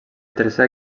tercer